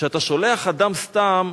כשאתה שולח אדם סתם,